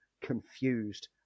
confused